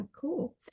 cool